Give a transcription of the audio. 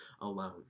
alone